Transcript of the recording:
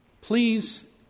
please